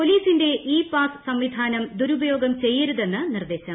പൊലീസിന്റെ e pass സംവിധാനം ദുരുപയോഗം ചെയ്യരുതെന്ന് നിർദ്ദേശം